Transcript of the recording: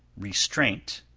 restraint,